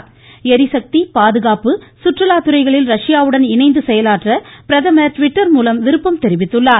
ளிசக்தி பாதுகாப்பு சுற்றுலாத் துறைகளில் ரஷ்யாவுடன் இணைந்து செயலாற்ற பிரதமர் ட்விட்டர் மூலம் விருப்பம் தெரிவித்துள்ளார்